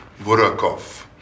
Burakov